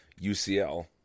UCL